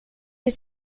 was